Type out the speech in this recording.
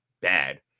bad